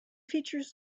features